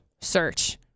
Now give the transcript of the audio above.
Search